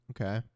Okay